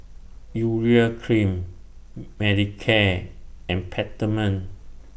Urea Cream Manicare and Peptamen